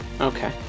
Okay